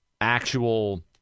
actual